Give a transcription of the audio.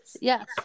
Yes